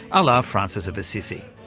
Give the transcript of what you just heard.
a la francis of assisi.